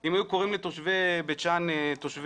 אם היו קוראים לתושבי בית שאן תושבי